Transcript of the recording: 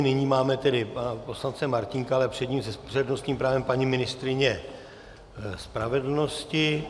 Nyní máme tady pana poslance Martínka, ale s přednostním právem paní ministryně spravedlnosti.